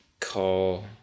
call